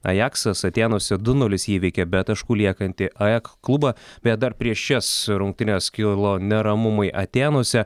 ajaksas atėnuose du nulis įveikė be taškų liekantį aek klubą bet dar prieš šias rungtynes kilo neramumai atėnuose